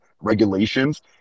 regulations